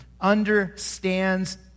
understands